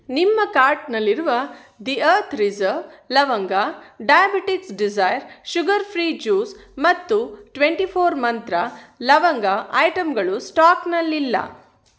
ನಿಮ್ಮ ಕಾರ್ಟ್ನಲ್ಲಿರುವ the earth rise ಲವಂಗ diabetics desire sugar free juice ಮತ್ತು ಟ್ವೆಂಟಿ ಫೋರ್ ಮಂತ್ರ ಲವಂಗ ಐಟಮ್ಗಳು ಸ್ಟಾಕ್ನಲ್ಲಿಲ್ಲ